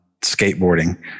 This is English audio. skateboarding